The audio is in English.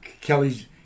Kelly's